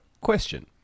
question